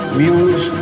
muse